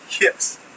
Yes